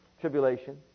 tribulation